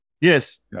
Yes